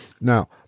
now